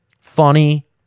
funny